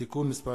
(תיקון מס'